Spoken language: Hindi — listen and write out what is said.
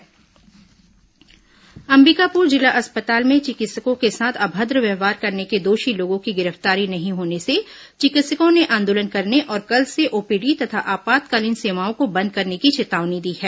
आंदोलन चेतावनी अंबिकापुर जिला अस्पताल में चिकित्सकों के साथ अभद्र व्यवहार करने के दोषी लोगों की गिरफ्तारी नहीं होने से चिकित्सकों ने आंदोलन करने और कल से ओपीडी तथा आपातकालीन सेवाओं को बंद करने की चेतावनी दी है